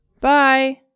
Bye